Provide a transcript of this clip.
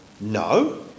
No